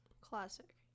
classic